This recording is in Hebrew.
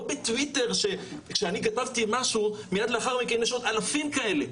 לא בטוויטר שכשאני כתבתי משהו מיד לאחר מכן יש עוד אלפים כאלה.